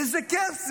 איזה כיף זה.